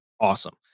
Awesome